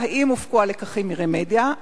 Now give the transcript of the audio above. השאלה: האם הופקו הלקחים מפרשת "רמדיה"?